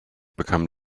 become